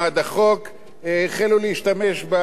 החלו להשתמש במסלול המקוצר.